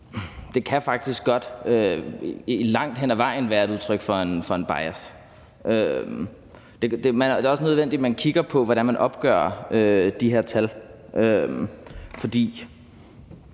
Det kan faktisk godt langt hen ad vejen være et udtryk for en bias. Det er også nødvendigt, at man kigger på, hvordan man opgør de her tal.